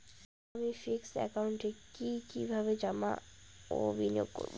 আমি ফিক্সড একাউন্টে কি কিভাবে জমা ও বিনিয়োগ করব?